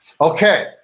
Okay